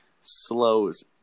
slows